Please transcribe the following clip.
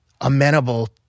amenable